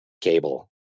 cable